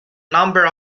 number